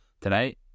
today